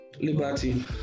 Liberty